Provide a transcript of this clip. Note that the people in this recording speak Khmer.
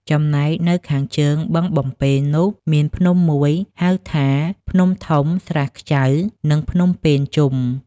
ចំណែកនៅខាងជើងបឹងបំពេនោះ មានភ្នំមួយ ហៅថា ភ្នំធំ ស្រះខ្ចៅ និងភ្នំពេនជុំ ។